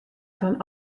fan